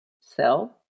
sell